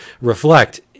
reflect